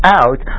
out